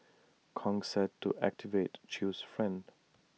Kong said to activate chew's friend